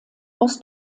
aus